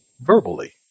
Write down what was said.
verbally